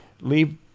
leave